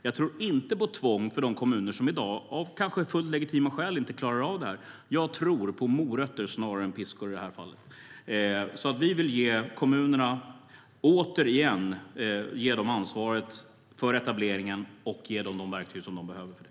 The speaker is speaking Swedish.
Jag tror inte på tvång för de kommuner som i dag, av kanske fullt legitima skäl, inte klarar av detta. Jag tror på morötter snarare än piskor i det här fallet. Vi vill återigen ge kommunerna ansvaret för etableringen, och vi vill ge dem de verktyg som de behöver för det.